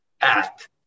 act